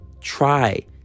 try